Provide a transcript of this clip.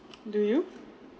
do you